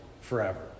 forever